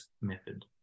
Method